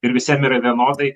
ir visiem yra vienodai